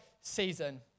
season